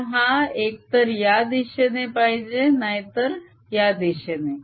तर हा एकतर या दिशेने पाहिजे नाहीतर या दिशेने